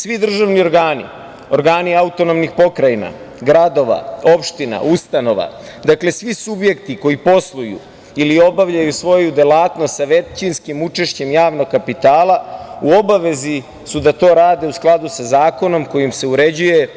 Svi državni organi, organi autonomnih pokrajina, gradova, opština, ustanova, dakle svi subjekti koji posluju ili obavljaju svoju delatnost sa većinskim učešćem javnog kapitala, u obavezi su da to rade u skladu sa zakonom kojim se uređuje